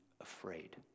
afraid